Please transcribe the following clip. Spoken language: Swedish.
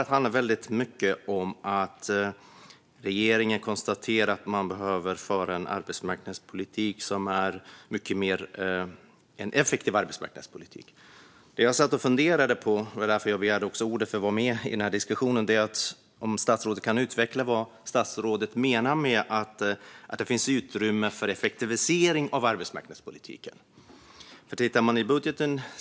Det handlar väldigt mycket om att regeringen konstaterar att man behöver föra en effektiv arbetsmarknadspolitik. Anledningen till att jag begärde ordet var att jag satt och funderade på om statsrådet kan utveckla vad han menar med att det finns utrymme för effektivisering av arbetsmarknadspolitiken.